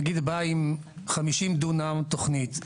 נגיד בא עם 50 דונם תוכנית.